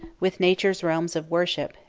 with nature's realms of worship,